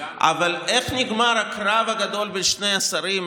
אבל איך נגמר הקרב הגדול בין שני השרים,